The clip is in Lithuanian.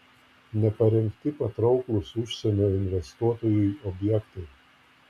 neparengti patrauklūs užsienio investuotojui objektai